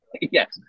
Yes